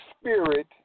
spirit